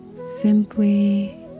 Simply